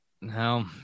No